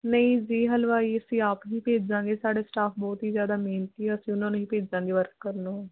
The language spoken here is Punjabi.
ਨਹੀਂ ਜੀ ਹਲਵਾਈ ਅਸੀਂ ਆਪ ਹੀ ਭੇਜਾਂਗੇ ਸਾਡਾ ਸਟਾਫ ਬਹੁਤ ਹੀ ਜ਼ਿਆਦਾ ਮਿਹਨਤੀ ਹੈ ਅਸੀਂ ਉਨ੍ਹਾਂ ਨੂੰ ਹੀ ਭੇਜਾਂਗੇ ਨੂੰ